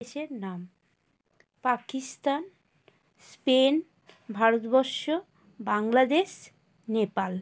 দেশের নাম পাকিস্তান স্পেন ভারতবর্ষ বাংলাদেশ নেপাল